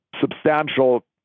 substantial